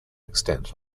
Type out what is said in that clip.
extent